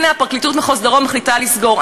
ופרקליטות מחוז דרום מחליטה לסגור.